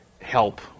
help